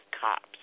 cops